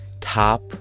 top